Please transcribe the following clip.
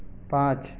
पाँच